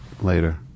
later